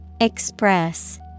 Express